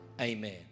amen